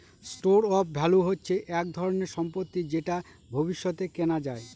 store of value হচ্ছে এক ধরনের সম্পত্তি যেটা ভবিষ্যতে কেনা যায়